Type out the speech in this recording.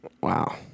Wow